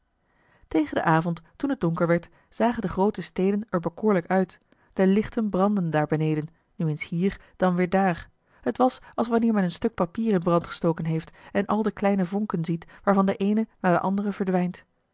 tegen den avond toen het donker werd zagen de groote steden er bekoorlijk uit de lichten brandden daar beneden nu eens hier dan weer daar het was als wanneer men een stuk papier in brand gestoken heeft en al de kleine vonken ziet waarvan de eene na de andere verdwijnt